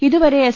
ഇതു വരെ എസ്